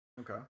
Okay